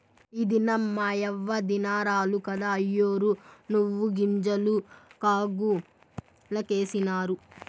ఈ దినం మాయవ్వ దినారాలు కదా, అయ్యోరు నువ్వుగింజలు కాగులకేసినారు